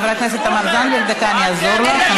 חברת הכנסת תמר זנדברג, אני אעזור לך.